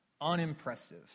unimpressive